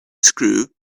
screw